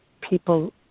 people